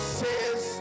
says